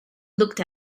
looked